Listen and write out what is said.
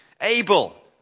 Abel